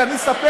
תודה